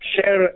Share